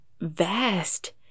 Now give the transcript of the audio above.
vast